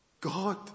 God